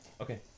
Okay